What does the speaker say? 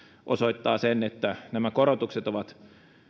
osoittaa sen että nämä korotukset ovat